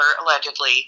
allegedly